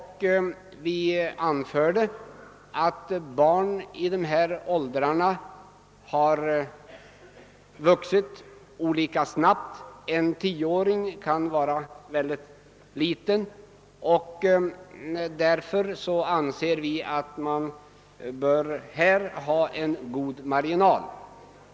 Vi har anfört att barn i dessa åldrar har vuxit olika snabbt. En tioåring kan vara väldigt liten. Därför anser vi att man här bör ha en god marginal.